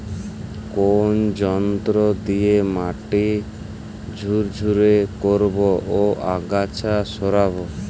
কোন যন্ত্র দিয়ে মাটি ঝুরঝুরে করব ও আগাছা সরাবো?